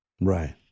Right